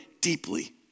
deeply